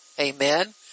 Amen